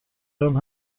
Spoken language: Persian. جان